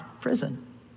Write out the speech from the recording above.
prison